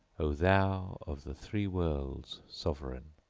o thou of the three worlds sovereign!